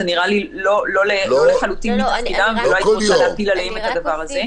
זה נראה לי לחלוטין לא מתפקידם ולא הייתי רוצה להפיל עליהם את הדבר הזה.